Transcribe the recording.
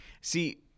See